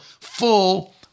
full